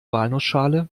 walnussschale